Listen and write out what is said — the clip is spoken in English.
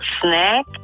snack